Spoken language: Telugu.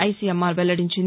ఐసీఎంఆర్ వెల్లడించింది